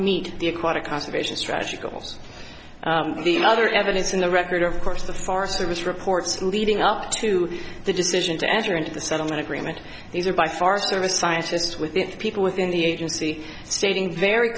meet the aquatic conservation strategy goals the other evidence in the record of course the forest service reports leading up to the decision to enter into the settlement agreement these are by far as there are scientists with the people within the agency stating very